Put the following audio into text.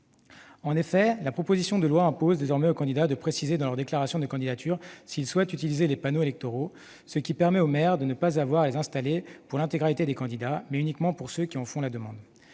bulletins. La proposition de loi impose désormais aux candidats de préciser dans leur déclaration de candidature s'ils souhaitent utiliser les panneaux électoraux, ce qui permet aux maires d'installer des panneaux non plus pour l'intégralité des candidats, mais uniquement pour ceux qui en font la demande.